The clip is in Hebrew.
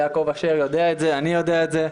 יעקב אשר יודע את זה, אני יודע את זה,